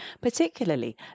particularly